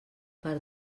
per